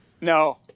No